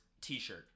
T-shirt